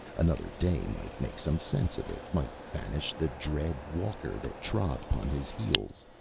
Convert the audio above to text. another day might make some sense of it, might banish the dread walker that trod upon his heels,